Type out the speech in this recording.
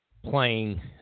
playing